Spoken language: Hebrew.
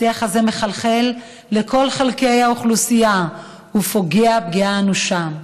השיח הזה מחלחל לכל חלקי האוכלוסייה ופוגע פגיעה אנושה.